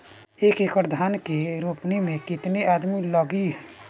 एक एकड़ धान के रोपनी मै कितनी आदमी लगीह?